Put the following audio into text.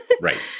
Right